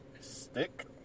Stick